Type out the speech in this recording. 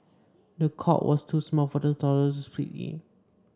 the cot was too small for the toddler to sleep in